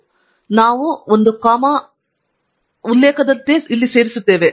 ಆದ್ದರಿಂದ ನಾವು ಒಂದು ಕಾಮಾ ಉಲ್ಲೇಖದಂತೆ ಇಲ್ಲಿ ಸೇರಿಸುತ್ತೇವೆ